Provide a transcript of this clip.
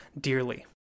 dearly